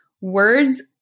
words